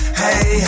hey